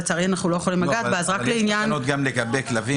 ולצערי אנחנו לא יכולים לגעת בה --- גם יש תקנות נפרדות לגבי כלבים.